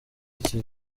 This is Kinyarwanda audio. iki